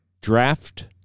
draft